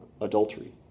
adultery